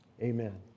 Amen